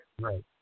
Right